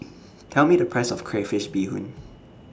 Tell Me The Price of Crayfish Beehoon